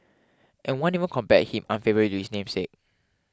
and one even compared him unfavourably to his namesake